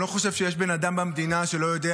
אני לא חושב שיש בן אדם במדינה שלא יודע